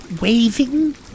waving